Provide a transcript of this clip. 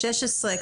16,